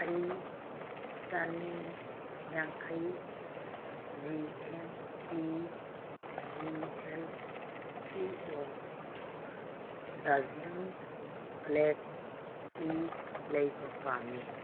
ꯑꯩ ꯆꯅꯤ ꯌꯥꯡꯈꯩ G M T G L C O Darjeeling black tea ꯂꯩꯕ ꯄꯥꯝꯃꯤ